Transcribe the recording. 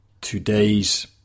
Today's